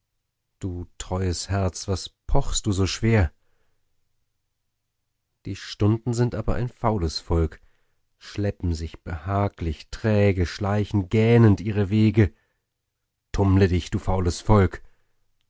du treues herz was pochst du so schwer die stunden sind aber ein faules volk schleppen sich behaglich träge schleichen gähnend ihre wege tummle dich du faules volk